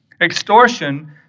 Extortion